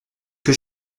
que